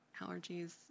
allergies